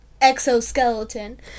exoskeleton